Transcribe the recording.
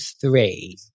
three